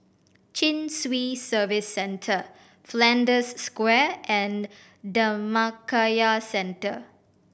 Chin Swee Service Centre Flanders Square and Dhammakaya Centre